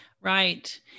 Right